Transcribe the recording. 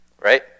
Right